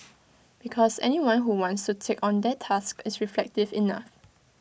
because anyone who wants to take on that task is reflective enough